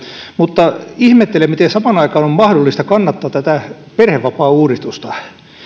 mutta ihmettelen miten samaan aikaan on mahdollista kannattaa tätä perhevapaauudistusta